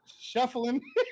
shuffling